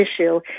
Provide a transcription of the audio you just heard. issue